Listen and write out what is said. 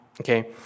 okay